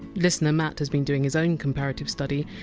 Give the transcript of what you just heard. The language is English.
listener matt has been doing his own comparative study!